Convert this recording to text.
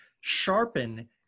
Sharpen